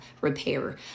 repair